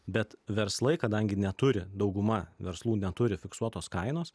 bet verslai kadangi neturi dauguma verslų neturi fiksuotos kainos